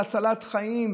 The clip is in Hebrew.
בהצלת חיים,